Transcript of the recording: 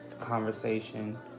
conversation